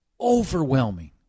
overwhelming